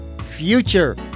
future